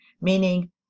meaning